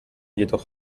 jedoch